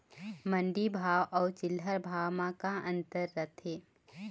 मंडी भाव अउ चिल्हर भाव म का अंतर रथे?